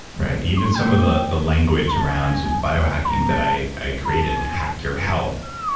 right? even some of the the language around biohacking that i i created, hack your health.